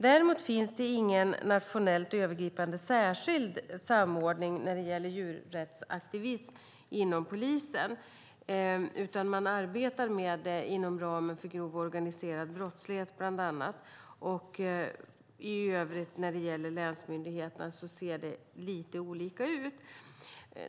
Däremot finns det ingen nationellt övergripande särskild samordning inom polisen när det gäller djurrättsaktivism, utan man arbetar med det inom ramen för bekämpandet av grov organiserad brottslighet, bland annat. I övrigt när det gäller länsmyndigheterna ser det lite olika ut.